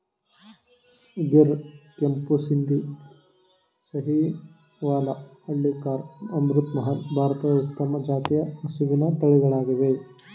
ಗಿರ್, ಕೆಂಪು ಸಿಂಧಿ, ಸಾಹಿವಾಲ, ಹಳ್ಳಿಕಾರ್, ಅಮೃತ್ ಮಹಲ್, ಭಾರತದ ಉತ್ತಮ ಜಾತಿಯ ಹಸಿವಿನ ತಳಿಗಳಾಗಿವೆ